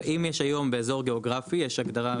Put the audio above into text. אם יש היום באזור גיאוגרפי יש הגדרה,